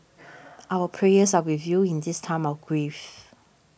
our prayers are with you in this time of grief